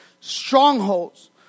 strongholds